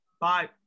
Bye